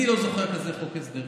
אני לא זוכר כזה חוק הסדרים.